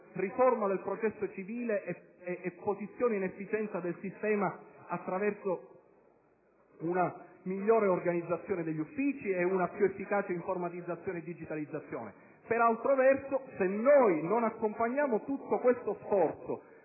riforma del processo civile e l'efficienza del sistema attraverso una migliore organizzazione degli uffici ed una più efficace informatizzazione e digitalizzazione. Per altro verso, se noi non accompagniamo tutto questo con